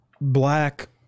black